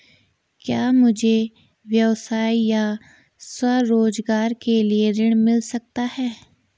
क्या मुझे व्यवसाय या स्वरोज़गार के लिए ऋण मिल सकता है?